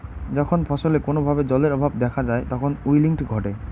যখন ফছলে কোনো ভাবে জলের অভাব দেখা যায় তখন উইল্টিং ঘটে